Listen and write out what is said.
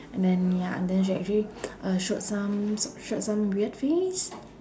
and then ya and then she actually uh showed some showed some weird face